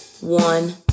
One